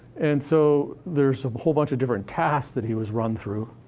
and so, there's a whole bunch of different tasks that he was run through,